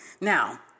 Now